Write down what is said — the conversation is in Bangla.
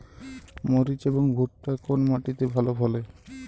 মরিচ এবং ভুট্টা কোন মাটি তে ভালো ফলে?